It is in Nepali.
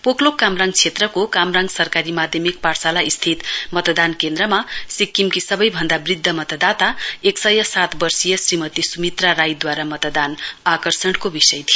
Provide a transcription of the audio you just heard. पोकलोक कामराङ क्षेत्रको कामराङ सरकारी माध्यमिक पाठशाला स्थित मतदान केन्द्रमा सिक्किमकी सबैभन्दा वृद्ध मतदाता एक सय सात वर्षीय श्रीमती सुमित्रा राईद्वारा मतदान आकर्षणको विषय थियो